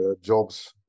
jobs